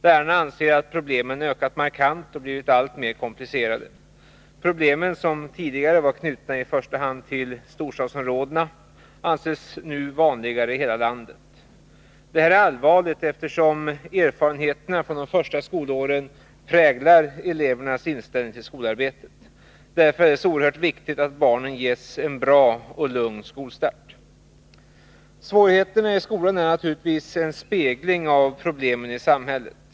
Lärarna anser att problemen har ökat markant och blivit alltmer komplicerade. Problemen, som tidigare var knutna till i första hand storstadsområdena, anses nu vanligare i hela landet. Detta är allvarligt, eftersom erfarenheterna från de första skolåren präglar elevernas inställning till skolarbetet. Därför är det oerhört viktigt att barnen ges en bra och lugn skolstart. Svårigheterna i skolan är naturligtvis en spegling av problemen i samhället.